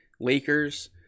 Lakers